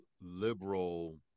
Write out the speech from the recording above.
liberal